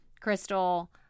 Crystal